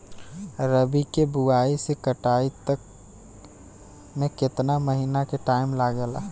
रबी के बोआइ से कटाई तक मे केतना महिना के टाइम लागेला?